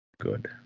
Good